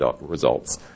results